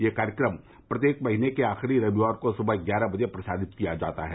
यह कार्यक्रम प्रत्येक महीने के आखिरी रविवार को सुबह ग्यारह बजे प्रसारित किया जाता है